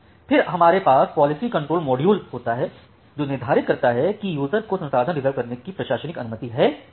फिर हमारे पास पॉलिसी कंट्रोल मॉड्यूल होता हैजो निर्धारित करता है कि यूज़र को संसाधन रिज़र्व करने की प्रशासनिक अनुमति है या नहीं